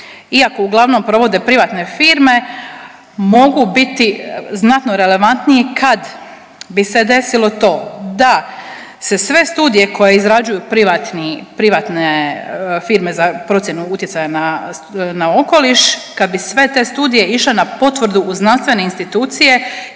iako uglavnom provode privatne firme mogu biti znatno relevantniji kad bi se desilo to da se sve studije koje izrađuju privatne firme za procjenu utjecaja na okoliš, kad bi sve te studije išle na potvrdu u znanstvene institucije